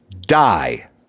die